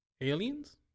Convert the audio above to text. Aliens